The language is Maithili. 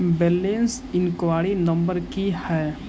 बैलेंस इंक्वायरी नंबर की है?